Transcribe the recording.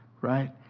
right